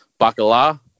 bacala